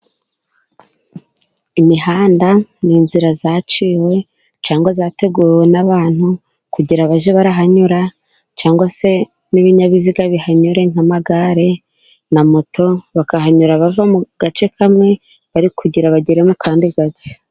Imihanda ni inzira zaciwe cyangwa zateguwe n'abantu, kugira bajye bahanyura cyangwa se n'ibinyabiziga bihanyure, nk'amagare, na moto bakahanyura bava mu gace kamwe bari kugira ngo bagere mu kandi gace.